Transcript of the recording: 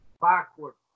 backwards